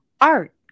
art